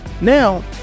Now